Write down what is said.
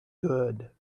good